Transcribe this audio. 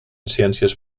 ciències